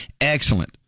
Excellent